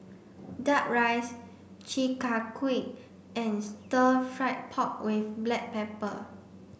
duck rice Chi Kak Kuih and stir fried pork with black pepper